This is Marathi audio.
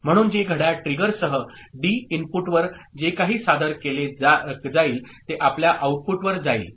म्हणून जे घड्याळ ट्रिगरसह डी इनपुट वर जे काही सादर केले जाईल ते आपल्या आऊटपुटवर जाईल